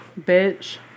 Bitch